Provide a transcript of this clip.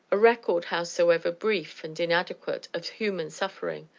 a record, howsoever brief and inadequate, of human suffering,